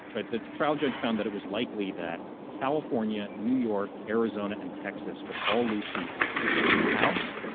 right? the trial judge found that it was likely that california, new york, arizona and texas would all lose seats in the house.